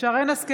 שרן מרים השכל,